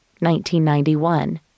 1991